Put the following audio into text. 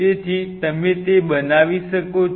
તેથી તમે તે બનાવી શકો છો